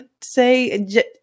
say